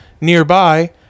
nearby